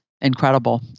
Incredible